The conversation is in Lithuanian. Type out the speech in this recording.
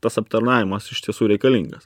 tas aptarnavimas iš tiesų reikalingas